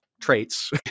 traits